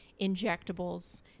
injectables